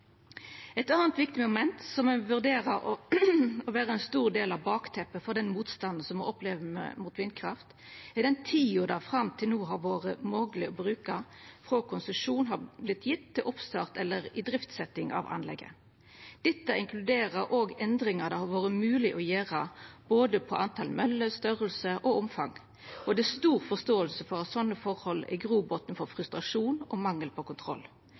Eit anna viktig moment, som me vurderer at er ein stor del av bakteppet for den motstanden me opplever mot vindkraft, er den tida det fram til no har vore mogleg å bruka frå konsesjon har vore gjeven til oppstart eller til ein set anlegget i drift. Dette inkluderer òg endringar det har vore moglege å gjera, både når det gjeld talet på møller, størrelse og omfang. Det er stor forståing for at slike forhold er grobotn for frustrasjon og mangel på kontroll.